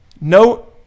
no